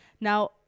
Now